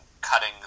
cutting